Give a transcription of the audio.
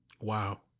Wow